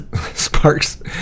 sparks